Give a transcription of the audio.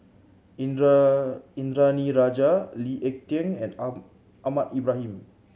Indranee Rajah Lee Ek Tieng and Ahmad Ibrahim